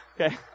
Okay